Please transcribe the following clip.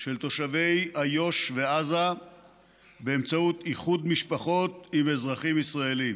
של תושבי איו"ש ועזה באמצעות איחוד משפחות עם אזרחים ישראלים.